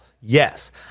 yes